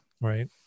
Right